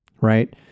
right